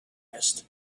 asked